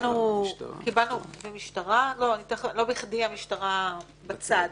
לא בכדי המשטרה בצד.